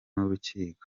n’urukiko